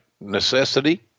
necessity